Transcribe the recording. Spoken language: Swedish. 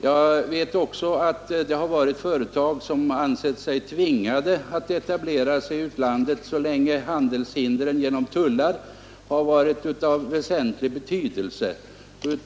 Jag vet också att det har förekommit att företag ansett sig tvingade att etablera sig i utlandet, så länge handelshindren genom tullar varit av väsentlig betydelse.